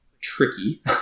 tricky